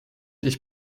ich